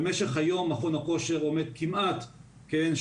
במשך היום מכון הכושר עומד כמעט שומם